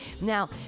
Now